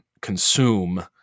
consume